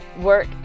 work